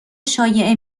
شایعه